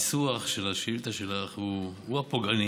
הניסוח של השאילתה שלך הוא פוגעני,